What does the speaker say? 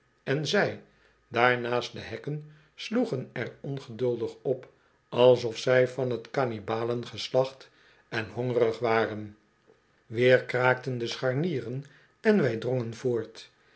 en zij daar naast de hekken sloegen er ongeduldig op alsof zy van t canibalengeslacht en hongerig waren weer kraakten do scharnieren en wij drongen voort